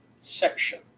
section